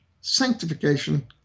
sanctification